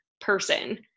person